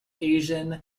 asian